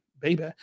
baby